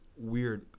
weird